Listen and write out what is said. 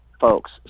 folks